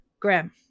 Graham